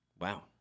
Wow